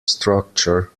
structure